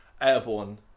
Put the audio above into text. Airborne